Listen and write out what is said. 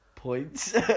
points